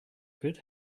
good